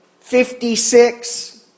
fifty-six